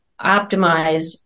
optimize